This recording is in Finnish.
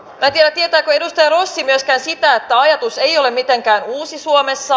tai tietääkö edustaja rossi myöskään sitä että ajatus ei ole mitenkään uusi suomessa